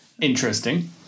interesting